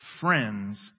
friends